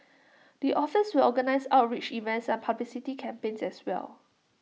the office will organise outreach events and publicity campaigns as well